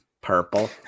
purple